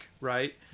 right